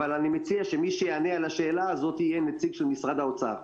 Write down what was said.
אבל אני מציע שמי שיענה על השאלה הזו יהיה נציג של משרד האוצר.